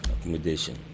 accommodation